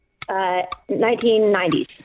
1990s